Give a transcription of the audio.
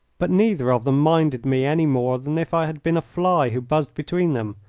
but neither of them minded me any more than if i had been a fly who buzzed between them.